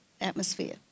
atmosphere